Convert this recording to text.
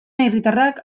herritarrak